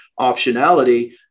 optionality